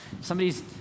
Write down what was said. Somebody's